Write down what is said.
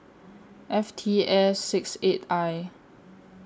F T S six eight I